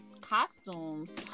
costumes